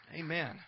Amen